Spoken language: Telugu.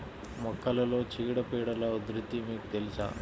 మొక్కలలో చీడపీడల ఉధృతి మీకు తెలుసా?